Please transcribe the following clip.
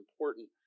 important